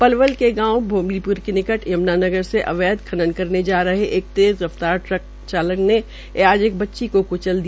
पलवल के गांव मोबली प्र के निकट यम्ना से अवैध खनन करने जा रहे एक तेज़ रफ्तार ट्रैक्टर चालक ने आज एक बच्ची को क्चल दिया